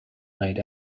night